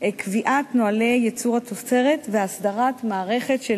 קביעת נוהלי ייצור התוצרת והסדרת מערכת של